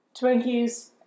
Twinkies